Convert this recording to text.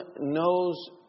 knows